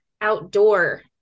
outdoor